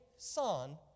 Son